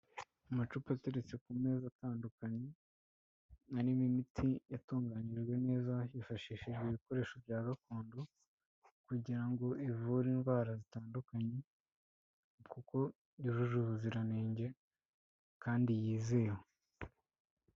Amacupa ateretse ku meza atandukanye arimo imiti yatunganyijwe neza hifashishijwe ibikoresho bya gakondo, kugira ngo ivure indwara zitandukanye kuko yujuje ubuziranenge kandi yizewe.